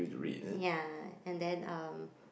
ya and then um